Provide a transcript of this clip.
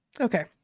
Okay